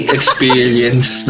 Experience